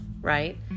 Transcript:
right